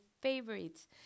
favorites